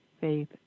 faith